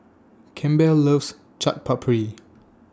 Campbell loves Chaat Papri